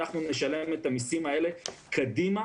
אנחנו נשלם את המיסים האלה קדימה,